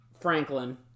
franklin